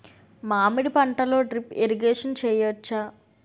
మామిడి పంటలో drip irrigation చేయచ్చా?